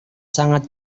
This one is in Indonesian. sangat